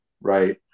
right